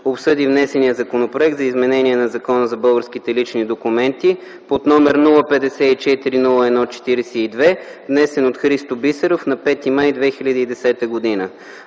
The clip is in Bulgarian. обсъди внесения Законопроект за изменение на Закона за българските лични документи под № 054-01-42, внесен от Христо Бисеров на 5 май 2010 г.